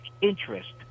interest